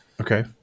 Okay